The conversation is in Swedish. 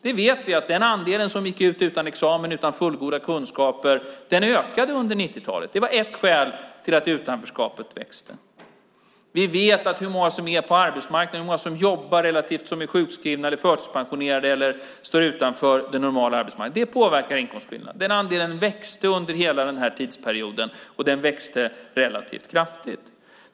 Vi vet att den andel som gick ut utan examen, utan fullgoda kunskaper, ökade under 90-talet. Det var ett skäl till att utanförskapet växte. Vi vet att hur många som är på arbetsmarknaden, hur många som jobbar relativt som är sjukskrivna, förtidspensionerade eller står utanför den normala arbetsmarknaden påverkar inkomstskillnaderna. Den andelen växte under hela den här tidsperioden, och den växte relativt kraftigt.